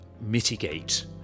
mitigate